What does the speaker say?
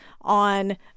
on